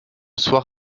soir